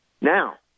Now